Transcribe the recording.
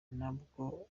nabwo